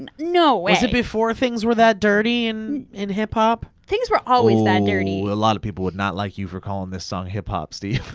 and no way. was it before things were that dirty in in hip hop? things were always that dirty. oo, a lot of people would not like you for calling this song hip hop steve.